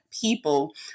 people